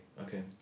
okay